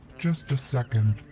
just a second.